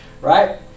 right